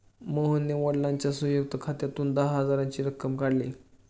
मोहनने वडिलांच्या संयुक्त खात्यातून दहा हजाराची रक्कम काढली